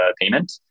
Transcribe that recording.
payment